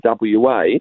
WA